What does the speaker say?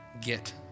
get